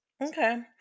okay